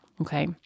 Okay